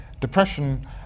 depression